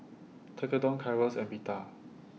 Tekkadon Gyros and Pita